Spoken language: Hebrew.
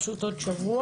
פשוט בעוד שבוע.